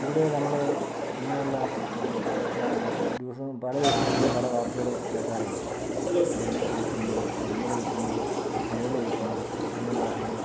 ഇവിടെ നമ്മൾ ഇങ്ങനെയുള്ള ദിവസം പല ദിവസങ്ങളിലും പല വാർത്തകളും കേൾക്കാറുണ്ട് തേനീച്ച കുത്തുന്നതും കടന്നൽ കുത്തുന്നതും തേൾ കുത്തുന്നതും അങ്ങനെയുള്ള കാര്യങ്ങളൊക്കെ